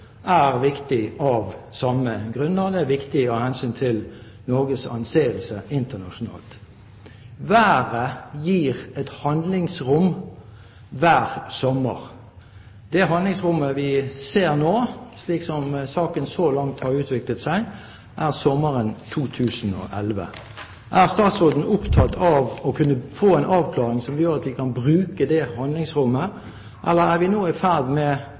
er viktig av samme grunner. Det er viktig av hensyn til Norges anseelse internasjonalt. Været gir et handlingsrom hver sommer. Det handlingsrommet vi ser nå, slik som saken så langt har utviklet seg, er sommeren 2011. Er statsråden opptatt av å kunne få en avklaring som gjør at vi kan bruke det handlingsrommet, eller er vi nå i ferd med